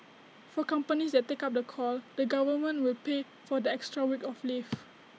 for companies that take up the call the government will pay for the extra week of leave